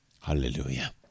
Hallelujah